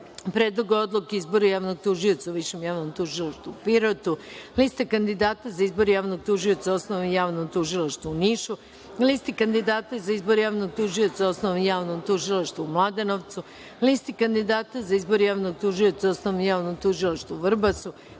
Predlogu odluke o izboru javnog tužioca u Višem javnom tužilaštvu u Pirotu, Listi kandidata za izbor javnog tužioca u Osnovnom javnom tužilaštvu u Nišu, Listi kandidata za izbor javnog tužioca u Osnovnom javnom tužilaštvu u Mladenovcu, Listi kandidata za izbor javnog tužioca u Osnovnom javnom tužilaštvu u Vrbasu,